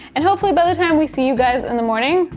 and hopefully by the time we see you guys in the morning,